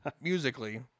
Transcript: musically